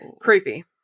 creepy